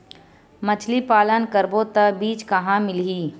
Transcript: मछरी पालन करबो त बीज कहां मिलही?